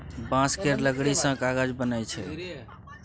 बांस केर लकड़ी सँ कागज बनइ छै